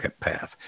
path